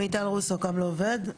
מיטל רוסו קו לעובד,